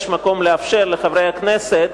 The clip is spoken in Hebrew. יש מקום לאפשר לחברי הכנסת,